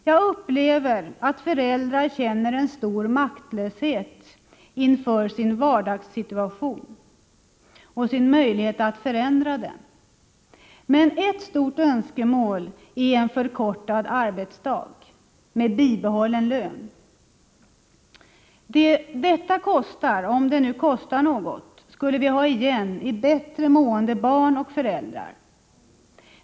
Jag upplever att föräldrar känner en stor maktlöshet inför sin vardagssituation och sin möjlighet att förändra den. Men ett stort önskemål är förkortad arbetsdag — med bibehållen lön. Vad detta kostar, om det nu kostar något, skulle vi ha igen i bättre mående barn och föräldrar.